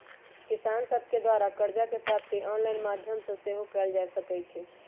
किसान सभके द्वारा करजा के प्राप्ति ऑनलाइन माध्यमो से सेहो कएल जा सकइ छै